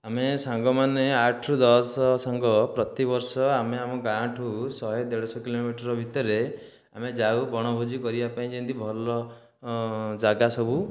ଆମେ ସାଙ୍ଗମାନେ ଆଠରୁ ଦଶ ସାଙ୍ଗ ପ୍ରତିବର୍ଷ ଆମେ ଆମ ଗାଁଠୁ ଶହେ ଦେଢ଼ଶହ କିଲୋମିଟର୍ ଭିତରେ ଆମେ ଯାଉ ବଣଭୋଜି କରିବା ପାଇଁ ଯେମିତି ଭଲ ଜାଗା ସବୁ